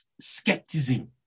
skepticism